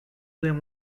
them